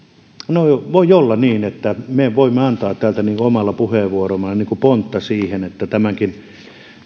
no voi olla niin että me voimme antaa täältä omalla puheenvuorollamme pontta siihen että tämänkin